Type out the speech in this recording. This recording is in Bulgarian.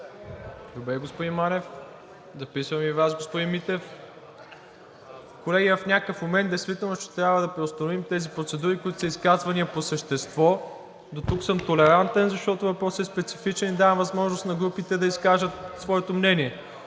се разберете? Записвам Ви и Вас господин Митев. Колеги, в някакъв момент действително ще трябва да преустановим тези процедури, които са изказвания по същество. Дотук съм толерантен, защото въпросът е специфичен и давам възможност на групите да изкажат своето мнение.